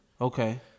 Okay